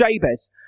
Jabez